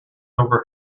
over